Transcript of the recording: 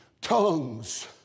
tongues